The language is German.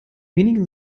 wenigen